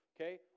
okay